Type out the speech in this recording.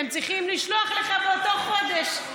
הם צריכים לשלוח לך באותו חודש.